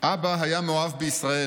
אבא היה מאוהב בישראל.